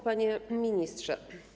Panie Ministrze!